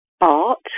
Art